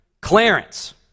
Clarence